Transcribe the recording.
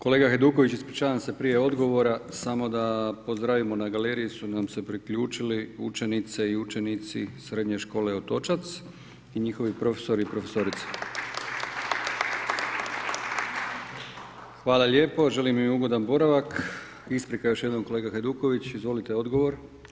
Kolega Hajduković, ispričavam se prije odgovora, samo na pozdravimo, na galeriji su nam se priključili učenice i učenici Srednje škole Otočac i njihovi profesori i profesorice. Hvala lijepo, želim im ugodan boravak, isprika još jednom kolega Hajduković, izvolite odgovor.